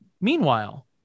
Meanwhile